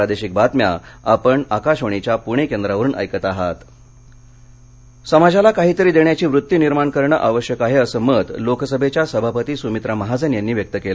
महाजन रत्जागिरी समाजाला काहीतरी देण्याची वृत्ती निर्माण करणं आवश्यक आहे असं मत लोकसभेच्या सभापती सुमित्रा महाजन यांनी व्यक्त केलं